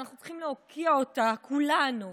ואנחנו צריכים להוקיע אותה כולנו,